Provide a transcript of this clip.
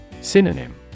Synonym